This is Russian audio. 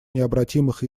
необратимых